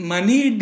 Money